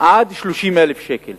עד 30,000 שקל,